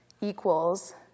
equals